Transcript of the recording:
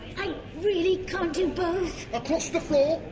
i really can't do both. across the floor.